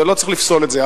לא צריך לפסול את זה,